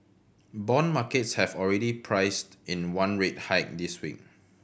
bond markets have already priced in one rate hike this week